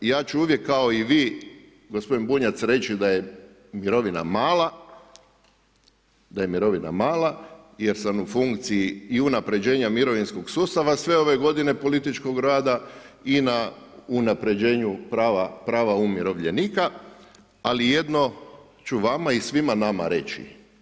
I ja ću uvijek kao i vi gospodine Bunjac reći da je mirovina mala, da je mirovina mala jer sam u funkciji i unapređenje mirovinskog sustava sve ove godine političkog rada i na unapređenju prava umirovljenika, ali jedno ću vama i svima nama reći.